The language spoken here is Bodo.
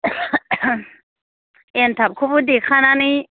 एनथाबखौबो देखानानै